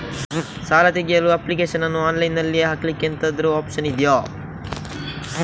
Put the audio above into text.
ಸಾಲ ತೆಗಿಯಲು ಅಪ್ಲಿಕೇಶನ್ ಅನ್ನು ಆನ್ಲೈನ್ ಅಲ್ಲಿ ಹಾಕ್ಲಿಕ್ಕೆ ಎಂತಾದ್ರೂ ಒಪ್ಶನ್ ಇದ್ಯಾ?